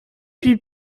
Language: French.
puis